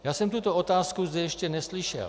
Já jsem tuto otázku zde ještě neslyšel.